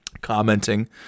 commenting